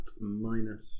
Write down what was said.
minus